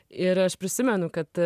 ir aš prisimenu kad